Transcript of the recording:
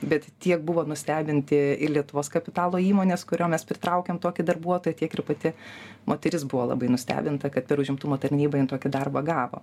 bet tiek buvo nustebinti ir lietuvos kapitalo įmonės kuriom mes pritraukėm tokį darbuotoją tiek ir pati moteris buvo labai nustebinta kad per užimtumo tarnybą jin tokį darbą gavo